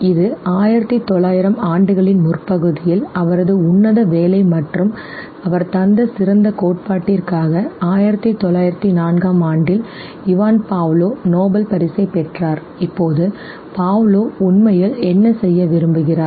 இது 1900 களின் முற்பகுதியில் அவரது உன்னத வேலை மற்றும் அவர் தந்த சிறந்த கோட்பாட்டிற்காக 1904 ல் Ivan Pavlovநோபல் பரிசைப் பெற்றார் இப்போது Pavlov உண்மையில் என்ன செய்ய விரும்புகிறார்